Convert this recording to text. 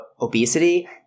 obesity